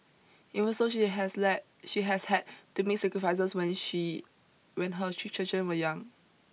even so she has led she has had to make sacrifices when she when her three children were young